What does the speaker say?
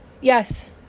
yes